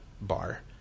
bar